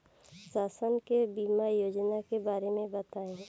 शासन के बीमा योजना के बारे में बताईं?